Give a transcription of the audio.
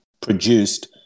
produced